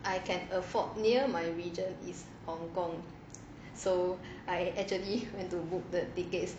I can afford near my region is hong-kong so I actually went to book the tickets